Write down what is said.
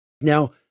Now